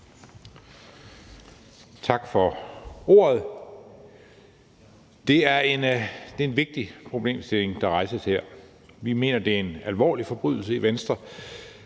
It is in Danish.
Tak for ordet. Det er en vigtig problemstilling, der rejses her. Vi mener i Venstre, at det er en alvorlig forbrydelse, at